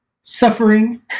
suffering